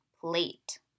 plate